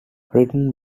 written